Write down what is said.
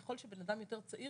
ככול שבנאדם יותר צעיר,